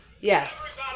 Yes